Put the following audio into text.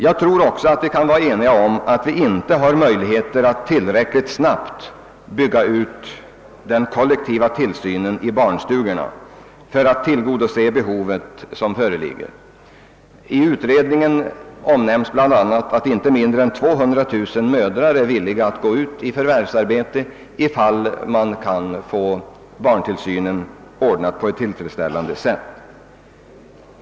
Jag tror också att vi kan vara eniga om att vi inte har möjligheter att tillräckligt snabbt bygga ut den kollektiva tillsynen i barnstugorna för att tillgodose det behov som föreligger. I utredningen omnämnes bl.a. att inte mindre än 200 000 mödrar är villiga att gå ut i förvärvsarbete, ifall man kan få barntillsynen ordnad på ett tillfredsställande sätt.